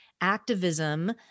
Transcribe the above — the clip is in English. activism